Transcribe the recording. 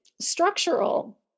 structural